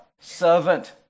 Servant